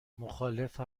مخالف